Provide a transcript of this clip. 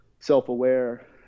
Self-aware